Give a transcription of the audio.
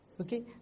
Okay